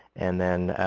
and then,